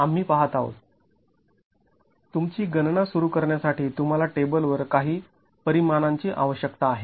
आणि आम्ही पाहत आहोत तुमची गणना सुरू करण्यासाठी तुम्हाला टेबल वर काही परिमाणांची आवश्यकता आहे